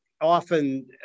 often